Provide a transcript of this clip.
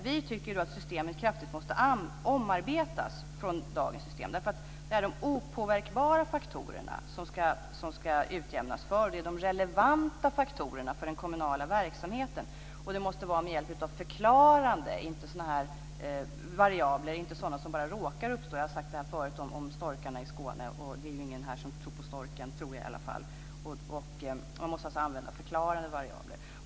Vi tycker att dagens systemet kraftigt måste omarbetas. Det är de opåverkbara faktorerna som ska utjämnas. Det är de faktorer som är relevanta för den kommunala verksamheten. Det måste ske med hjälp av förklarande variabler och inte med hjälp av sådan variabler som bara råkar uppstå. Jag har förut nämnt storkarna i Skåne. Det är ingen här som tror på storken, tror jag. Man måste alltså använda förklarande variabler.